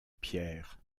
pierre